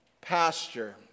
pasture